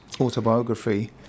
autobiography